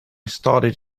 started